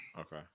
Okay